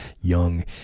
young